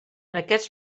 aquests